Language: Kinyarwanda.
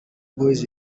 boyz